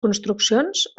construccions